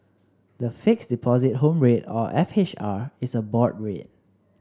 the Fixed Deposit Home Rate or F H R is a board rate